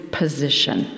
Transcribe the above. position